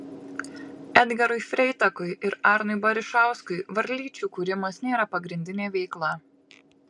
edgarui freitakui ir arnui barišauskui varlyčių kūrimas nėra pagrindinė veikla